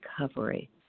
recovery